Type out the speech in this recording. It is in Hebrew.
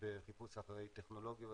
בחיפוש אחרי טכנולוגיות,